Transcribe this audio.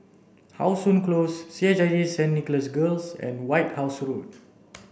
how Sun Close C H I J Saint Nicholas Girls and White House Road